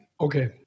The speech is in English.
Okay